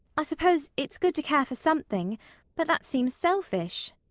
i suppose it's good to care for something but that seems selfish,